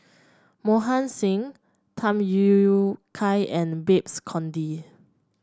Mohan Singh Tham Kai and Babes Conde